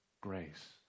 grace